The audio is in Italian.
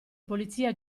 polizia